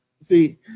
see